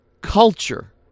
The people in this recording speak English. culture